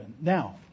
Now